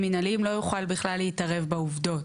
מנהליים לא יוכל בכלל להתערב בעובדות.